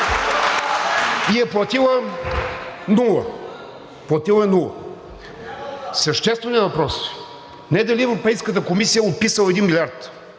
И е платила нула, платила е нула. Същественият въпрос е не дали Европейската комисия е отписала 1 милиард,